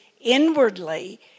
inwardly